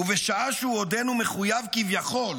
ובשעה שהוא עודנו מחויב כביכול